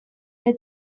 ere